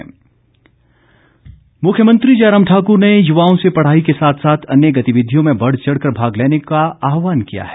band प्रतियोगिता मुख्यमंत्री जयराम ठाक्र ने यूवाओं से पढ़ाई के साथ साथ अन्य गतिविधियों में बढ़चढ़ भाग लेने को आह्वान किया है